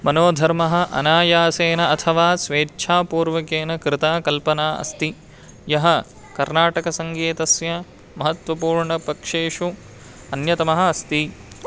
मनोधर्मः अनायासेन अथवा स्वेच्छापूर्वकेन कृता कल्पना अस्ति या कर्नाटकसङ्गीतस्य महत्त्वपूर्णपक्षेषु अन्यतमा अस्ति